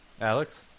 Alex